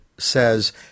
Says